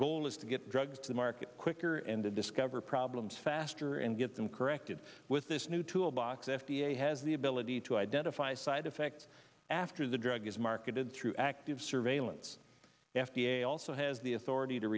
goal is to get drugs to market quicker and to discover problems faster and get them corrected with this new tool box f d a has the ability to identify side effects after the drug is marketed through active surveillance f d a also has the authority to